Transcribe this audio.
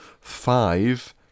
five